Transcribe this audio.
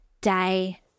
day